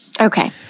Okay